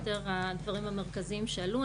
או יותר הדברים המרכזיים שעלו.